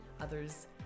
others